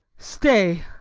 stay,